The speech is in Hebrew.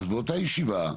אז באותה ישיבה,